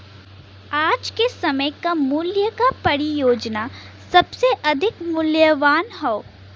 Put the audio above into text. आज के समय क मूल्य क परियोजना सबसे अधिक मूल्यवान हौ